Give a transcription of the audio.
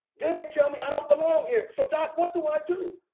then they tell me i don't belong here. so doc, what do i do?